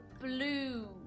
blue